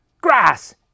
Grass